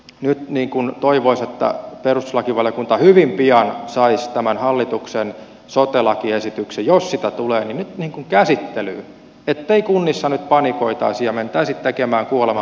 nyt toivoisi että perustuslakivaliokunta hyvin pian saisi tämän hallituksen sote lakiesityksen jos sitä tulee nyt käsittelyyn ettei kunnissa nyt panikoitaisi ja mentäisi tekemään kuolemanpelossa itsemurhaa